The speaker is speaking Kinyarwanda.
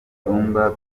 cyuma